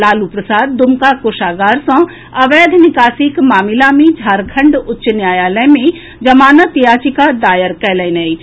लालू प्रसाद दुमका कोषागार सँ अवैध निकासीक मामिला मे झारखंड उच्च न्यायालय मे जमानत याचिका दायर कयलनि अछि